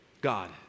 God